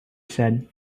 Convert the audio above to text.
said